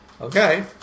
Okay